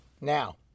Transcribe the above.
now